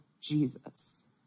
Jesus